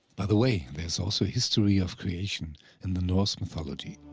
by the way, there is also a history of creation in the norse mythology.